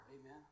Amen